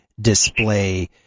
display